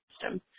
system